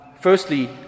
Firstly